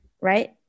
Right